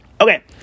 Okay